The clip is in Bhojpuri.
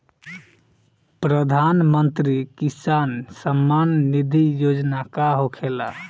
प्रधानमंत्री किसान सम्मान निधि योजना का होखेला?